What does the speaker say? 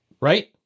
Right